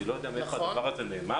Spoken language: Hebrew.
אני לא יודע מאיפה הדבר הזה נאמר.